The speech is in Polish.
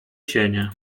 cienie